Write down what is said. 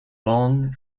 long